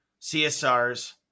CSRs